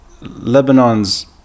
Lebanon's